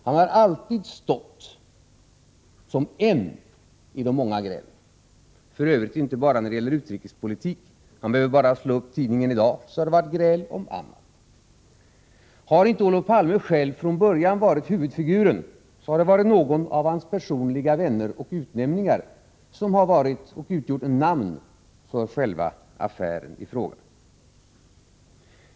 Han har alltid stått som en i de många grälen, för övrigt inte bara när det gäller utrikespolitik — man behöver bara slå upp tidningen i dag för att få belägg för det. Har inte Olof Palme själv från början varit huvudfiguren, har någon av hans personliga vänner och utnämningar gett namn åt affären i fråga.